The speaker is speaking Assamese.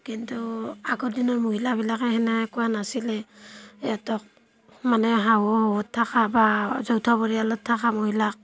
কিন্তু আগৰ দিনৰ মহিলাবিলাকে সেনেকুৱা নাছিলে হেঁতক মানে শাহু শহুৰ থকা বা যৌথ পৰিয়ালত থকা মহিলাক